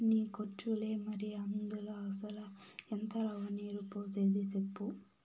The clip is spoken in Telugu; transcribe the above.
నీకొచ్చులే మరి, అందుల అసల ఎంత రవ్వ, నీరు పోసేది సెప్పు